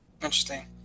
Interesting